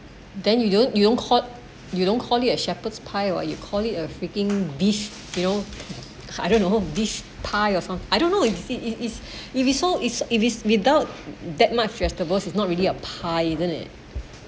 then you don't you don't you don't call it a shepherd's pie what you call it a freaking beef stew know I don't know beef pie or some~ I don't know if is is if you saw is if it's without that much vegetables is not really a pie isn't it